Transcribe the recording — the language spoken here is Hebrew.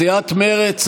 סיעת מרצ,